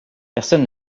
personne